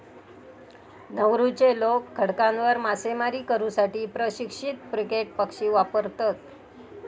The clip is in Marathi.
नौरूचे लोक खडकांवर मासेमारी करू साठी प्रशिक्षित फ्रिगेट पक्षी वापरतत